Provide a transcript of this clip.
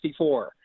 1964